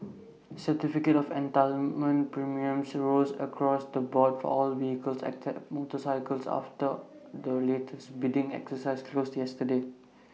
certificate of entitlement premiums rose across the board for all vehicles except motorcycles after the latest bidding exercise closed yesterday